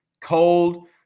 cold